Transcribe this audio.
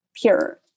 pure